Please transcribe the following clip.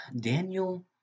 Daniel